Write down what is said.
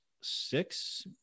six